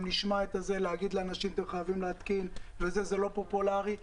להגיד לאנשים שהם חייבים להתקין זה לא פופולרי,